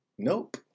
Nope